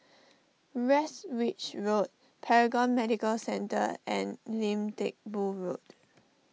Westridge Road Paragon Medical Centre and Lim Teck Boo Road